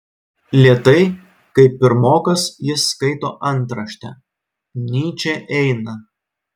lėtai kaip pirmokas jis skaito antraštę nyčė eina